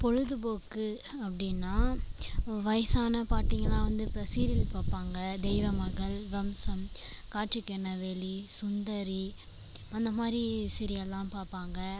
பொழுதுபோக்கு அப்படின்னா வயசான பாட்டிங்கள்லாம் வந்து இப்போ சீரியல் பார்ப்பாங்க தெய்வமகள் வம்சம் காற்றுக்கென்ன வேலி சுந்தரி அந்தமாதிரி சீரியல்லாம் பார்ப்பாங்க